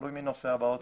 תלוי מי נוסע באוטו.